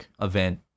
event